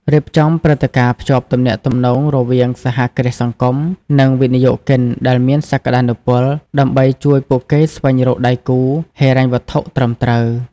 រៀបចំព្រឹត្តិការណ៍ភ្ជាប់ទំនាក់ទំនងរវាងសហគ្រាសសង្គម និងវិនិយោគិនដែលមានសក្តានុពល ដើម្បីជួយពួកគេស្វែងរកដៃគូហិរញ្ញវត្ថុត្រឹមត្រូវ ។